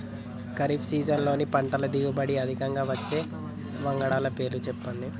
ఖరీఫ్ సీజన్లో పంటల దిగుబడి అధికంగా వచ్చే వంగడాల పేర్లు చెప్పండి?